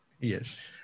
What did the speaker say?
Yes